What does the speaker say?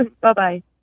bye-bye